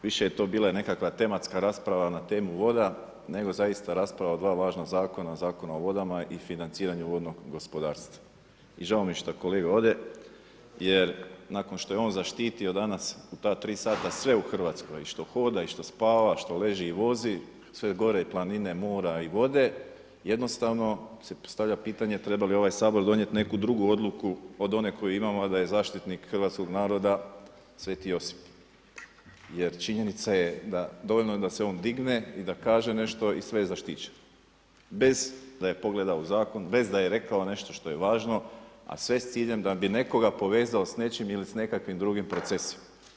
Više je to bila nekakva tematska rasprava na temu voda nego zaista rasprava o dva važna zakona, Zakona o vodama i financiranju vodnog gospodarstva i žao mi je što kolega ode jer nakon što je on zaštitio danas u ta tri sata sve u Hrvatskoj, i što hoda i što spava, što leži i vozi, sve gore, planine, mora i vode jednostavno se postavlja pitanje treba li ovaj Sabor donijeti neku drugu odluku od one koju imamo a da je zaštitnik hrvatskog naroda Sv. Josip jer činjenica je da dovoljno je da se on digne i da kaže nešto i sve je zaštićeno bez da je pogledao zakon, bez da je rekao nešto što je važno a sve s ciljem da bi nekoga povezao s nečim ili s nekakvim drugim procesima.